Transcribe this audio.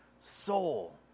soul